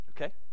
okay